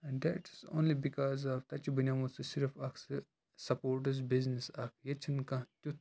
date is only because of تَتہِ چھُ بنیومُت سُہ صرف اَکھ سُہ سَپوٹٕس بِزنِس اَکھ ییٚتہِ چھُنہٕ کانٛہہ تیُتھ